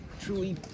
truly